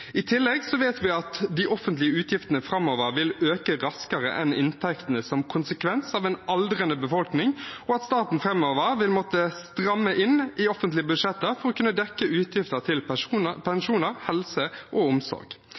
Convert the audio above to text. i framtiden. I tillegg vet vi at de offentlige utgiftene framover vil øke raskere enn inntektene som konsekvens av en aldrende befolkning, og at staten framover vil måtte stramme inn i offentlige budsjetter for å kunne dekke utgifter til pensjoner, helse og omsorg.